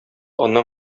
аннан